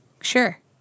Sure